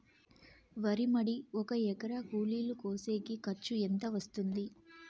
వరి మడి ఒక ఎకరా కూలీలు కోసేకి ఖర్చు ఎంత వస్తుంది?